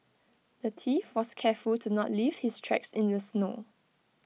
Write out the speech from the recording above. the thief was careful to not leave his tracks in the snow